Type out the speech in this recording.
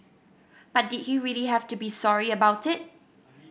but did he really have to be sorry about it